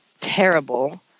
terrible